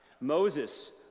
Moses